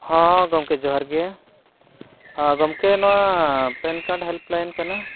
ᱦᱮᱸ ᱜᱮᱢᱠᱮ ᱡᱚᱦᱟᱨ ᱜᱮ ᱜᱚᱢᱠᱮ ᱱᱚᱣᱟ ᱯᱮᱱ ᱠᱟᱨᱰ ᱦᱮᱞᱯᱞᱟᱭᱤᱱ ᱠᱟᱱᱟ